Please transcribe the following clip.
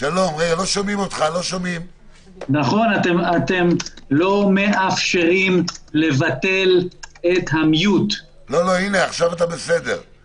אני אגיד מילה או